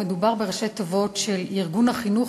מדובר בראשי תיבות של ארגון החינוך,